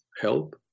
help